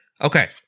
Okay